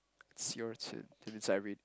it's your turn that means I read